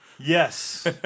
Yes